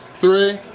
three.